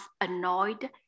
annoyed